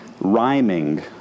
rhyming